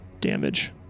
damage